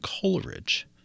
Coleridge